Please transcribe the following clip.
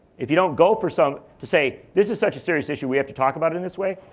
if you don't go for something to say, this is such a serious issue, we have to talk about it in this way,